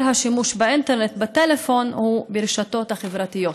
השימוש באינטרנט בטלפון הוא ברשתות החברתיות.